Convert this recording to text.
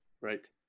Right